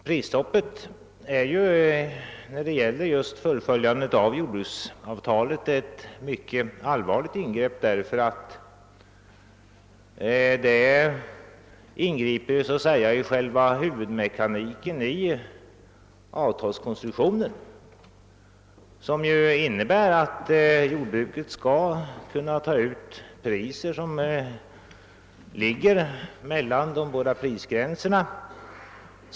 Prisstoppet är när det gäller fullföljandet av jordbruksavtalet ett mycket allvarligt ingrepp, ty det ingriper så att säga i själva huvudmekaniken i avtalskonstruktionen, som ju innebär att jordbruket skall kunna ta ut priser som ligger mellan de båda prisgränserna.